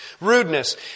Rudeness